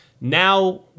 Now